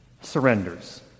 surrenders